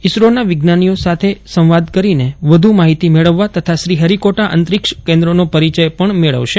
ઇસરોના વિજ્ઞાનીઓ સાથે સંવાદ કરીને વધુ માહીતી મેળવવા તથા શ્રીહરિકોટ અંતરીક્ષ કેન્દ્રનો પરિચય પણ મેળવશે